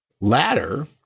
ladder